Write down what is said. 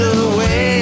away